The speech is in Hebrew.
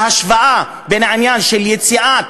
ההשוואה בין העניין של יציאה,